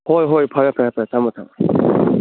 ꯍꯣꯏ ꯍꯣꯏ ꯐꯔꯦ ꯐꯔꯦ ꯐꯔꯦ ꯊꯝꯃꯣ ꯊꯝꯃꯣ